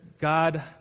God